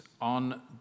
on